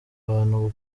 abantu